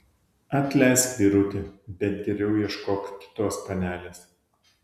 atleisk vyruti bet geriau ieškok kitos panelės